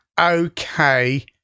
okay